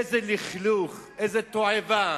איזה לכלוך, איזו תועבה.